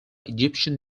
egyptian